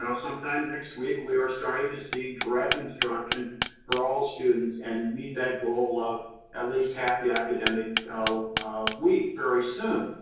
sometime next week we are starting to see direct instruction for all students and meet that goal of at least half the academic week very soon.